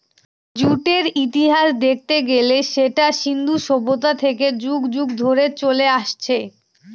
জুটের ইতিহাস দেখতে গেলে সেটা সিন্ধু সভ্যতা থেকে যুগ যুগ ধরে চলে আসছে